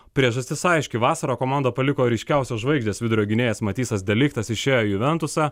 priežastis aiški vasarą komandą paliko ryškiausios žvaigždės vidurio gynėjas matisas deliktas išėjo į juventusą